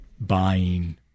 buying